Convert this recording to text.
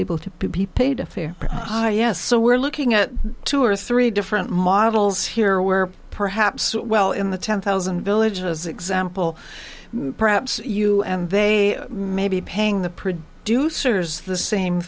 able to be paid a fair yes so we're looking at two or three different models here where perhaps well in the ten thousand villages example perhaps you and they may be paying the